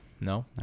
No